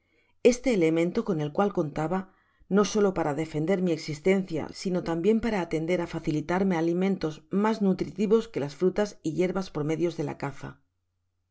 esto elemento con el cual contaba no solo para defender mi existencia sino tambien para atender á facilitarme alimentos mas nutritivos que las frutas y yerbas por medio de la caza